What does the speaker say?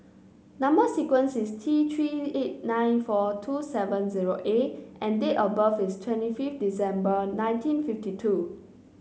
number sequence is T Three eight nine four two seven zero A and date of birth is twenty fifth December nineteen fifty two